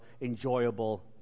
enjoyable